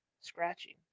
scratching